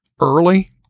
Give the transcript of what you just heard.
early